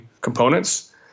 components